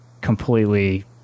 completely